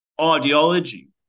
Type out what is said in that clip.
ideology